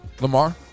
Lamar